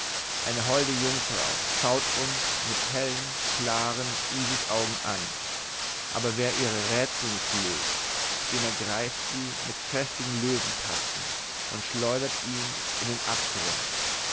eine holde jungfrau schaut uns mit hellen klaren isisaugen an aber wer ihre rätsel nicht löst den ergreift sie mit kräftigen löwentatzen und schleudert ihn in den abgrund